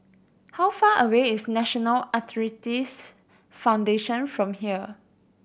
how far away is National Arthritis Foundation from here